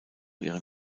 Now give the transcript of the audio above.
ihren